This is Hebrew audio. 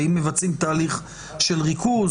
האם מבצעים תהליך של ריכוז,